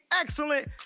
excellent